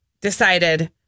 decided